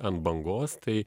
ant bangos tai